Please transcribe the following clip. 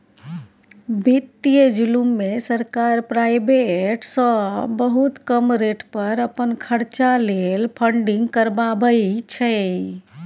बित्तीय जुलुम मे सरकार प्राइबेट सँ बहुत कम रेट पर अपन खरचा लेल फंडिंग करबाबै छै